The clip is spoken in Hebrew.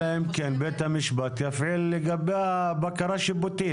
אלא אם כן בית המשפט יפעל לגביה בקרה שיפוטית.